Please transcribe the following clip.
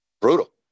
Brutal